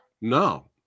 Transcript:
No